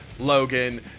Logan